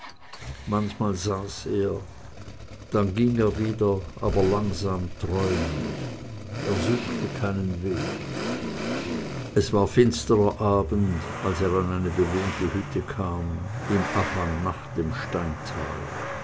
manchmal saß er dann ging er wieder aber langsam träumend er suchte keinen weg es war finstrer abend als er an eine bewohnte hütte kam im abhang nach dem steintal